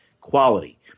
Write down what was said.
quality